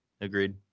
Agreed